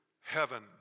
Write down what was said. heaven